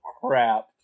crap